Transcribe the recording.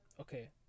okay